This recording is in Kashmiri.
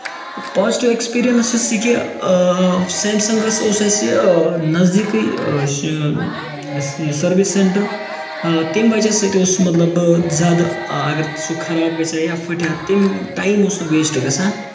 پوزٹِو اٮ۪کٔسپِرینس چھُ سُہ کہِ سیمسنگَس اوس اَسہِ نزدیٖکٕے سٔروِس سینٹر تمہِ وجہہ سۭتۍ اوس سُہ مطلب زیادٕ اَگر سُہ خراب گژھِ ہا یا پھٹہِ ہا تٔمۍ ٹایم اوس نہٕ ویسٹ گژھان